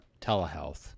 telehealth